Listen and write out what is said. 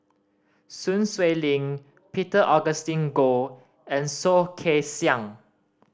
Sun Xueling Peter Augustine Goh and Soh Kay Siang